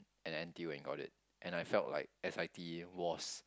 and N_T_U and got it and I felt like s_i_t was